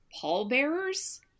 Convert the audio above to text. pallbearers